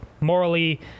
morally